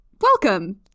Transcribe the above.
Welcome